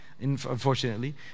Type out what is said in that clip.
unfortunately